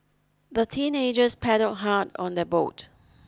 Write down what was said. the teenagers paddle hard on their boat